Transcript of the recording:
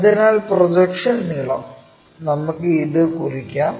അതിനാൽ പ്രൊജക്ഷൻ നീളം നമുക്ക് ഇത് കുറിക്കാം